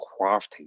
crafting